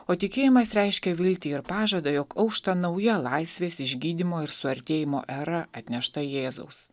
o tikėjimas reiškia viltį ir pažadą jog aušta nauja laisvės išgydymo ir suartėjimo era atnešta jėzaus